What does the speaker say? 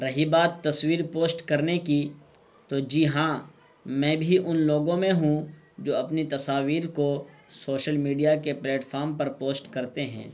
رہی بات تصویر پوسٹ کرنے کی تو جی ہاں میں بھی ان لوگوں میں ہوں جو اپنی تصاویر کو سوشل میڈیا کے پلیٹفارم پر پوسٹ کرتے ہیں